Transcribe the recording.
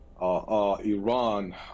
Iran